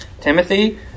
Timothy